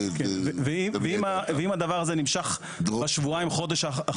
אם הדבר הזה נמשך שבועיים או חודש,